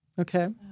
Okay